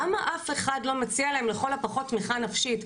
למה אף אחד לא מציע להן, לכל הפחות תמיכה נפשית?